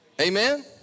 Amen